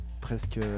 presque